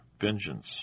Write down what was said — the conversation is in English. Vengeance